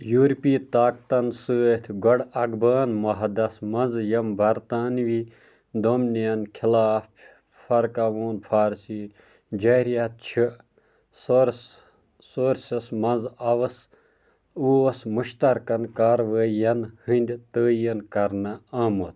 یوٗرپی طاقتَن ستۍ گۄڈٕ افغان معاہدس منٛز یِم برطانوی ڈومنِیَن خِلاف فَرکاوون فارسی جاریت چھِ سورٕس سورٕسَس منٛز آوَس اوس مُشترکَن کاروٲے ین ہٕنٛدِ تٲعیٖن کرنہٕ آمُت